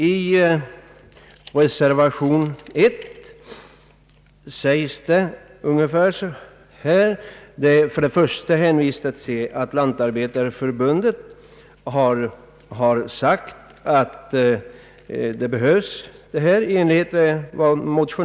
I reservationen 1 hänvisas inledningsvis till att Lantarbetareförbundet har ansett i likhet med motionärerna att en utbildning på detta område behövs.